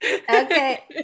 Okay